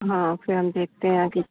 हाँ फिर हम देखते हैं आगे